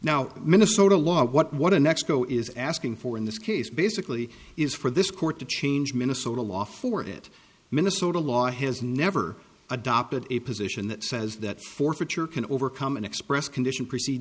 now minnesota law what what an expo is asking for in this case basically is for this court to change minnesota law for it minnesota law has never adopted a position that says that forfeiture can overcome an express condition prece